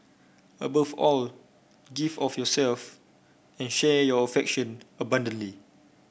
above all give of yourself and share your affectiona bundantly